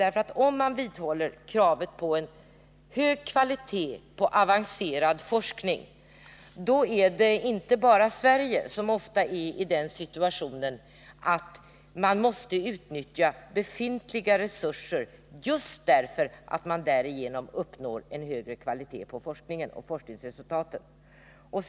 Om man nämligen vidhåller kravet på en hög kvalitet på avancerad forskning måste man ofta utnyttja befintliga resurser, just därför att man därigenom uppnår en högre kvalitet på forskning och forskningsresurser — och det är inte bara Sverige som är i den situationen.